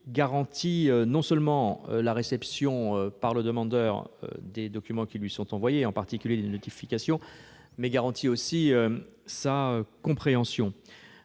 garantit non seulement la réception par le demandeur des documents qui lui sont envoyés, en particulier les notifications, mais aussi sa compréhension.